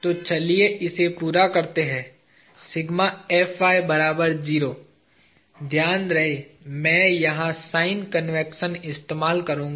तो चलिए इसे पूरा करते हैं ध्यान रहे मैं यहा साइन कन्वेंशन इस्तेमाल करूँगा